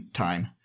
time